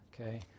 okay